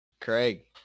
Craig